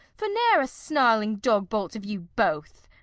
for ne'er a snarling dog-bolt of you both.